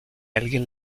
alguien